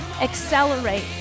accelerate